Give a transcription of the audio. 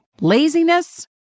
Laziness